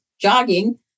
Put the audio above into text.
jogging